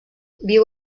viu